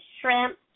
shrimp